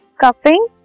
cuffing